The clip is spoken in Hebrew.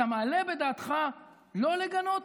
אתה מעלה בדעתך לא לגנות?